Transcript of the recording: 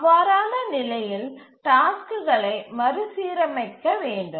அவ்வாறான நிலையில் டாஸ்க்குகளை மறுசீரமைக்க வேண்டும்